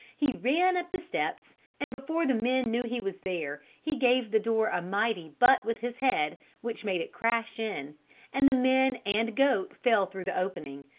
he ran up the steps, and before the men knew he was there, he gave the door a mighty butt with his head which made it crash in and the men and goat fell through the opening.